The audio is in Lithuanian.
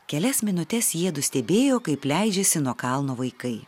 kelias minutes jiedu stebėjo kaip leidžiasi nuo kalno vaikai